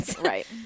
Right